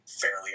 fairly